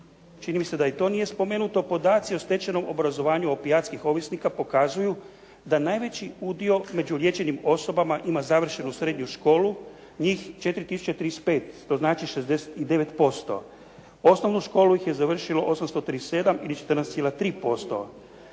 čini mi se da i to nije spomenuto, podaci o stečenom obrazovanju opijatskih ovisnika pokazuju da najveći udio među liječenim osobama ima završenu srednju školu, njih 4035 što znači 69%. Osnovnu školu ih je završilo 837 ili 14,3%.